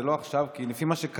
זה לא עכשיו, כי לפי מה שקראתי,